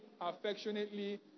affectionately